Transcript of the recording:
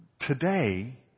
Today